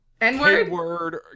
N-word